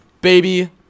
baby